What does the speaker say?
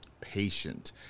patient